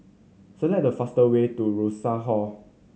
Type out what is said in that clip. select the fastest way to Rosas Hall